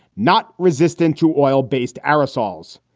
not resistant to oil based aerosols.